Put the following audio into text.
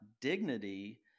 dignity